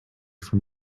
from